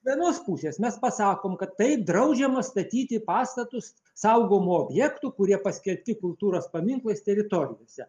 vienos pusės mes pasakom kad tai draudžiama statyti pastatus saugomų objektų kurie paskelbti kultūros paminklais teritorijose